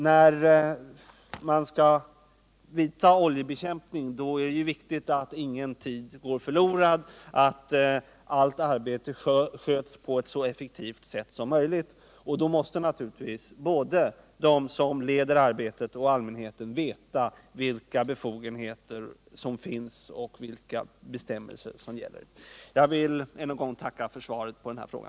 När en oljebekämpningsaktion skall genomföras är det viktigt att ingen tid går förlorad och att allt arbete sköts på ett så effektivt sätt som möjligt, och då måste naturligtvis både de som leder arbetet och allmänheten veta vilka befogenheter som finns och vilka bestämmelser som gäller. Jag vill än en gång tacka för svaret på min fråga.